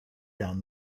down